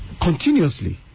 continuously